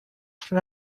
from